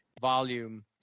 volume